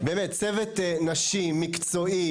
צוות נשי מקצועי,